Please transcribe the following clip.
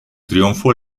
triunfo